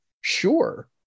sure